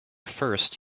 first